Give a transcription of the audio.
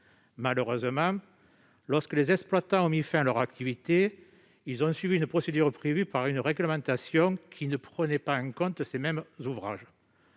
Malheureusement, lorsque les exploitants ont mis fin à leur activité, ils ont suivi une procédure prévue par une réglementation qui ne prenait pas en compte ces ouvrages.